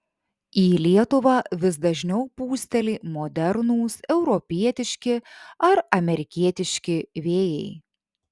į lietuvą vis dažniau pūsteli modernūs europietiški ar amerikietiški vėjai